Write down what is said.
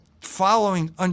following